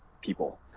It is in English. people